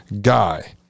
guy